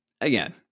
again